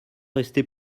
rester